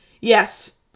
yes